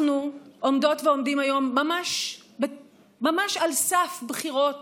אנחנו עומדות ועומדים היום ממש על סף בחירות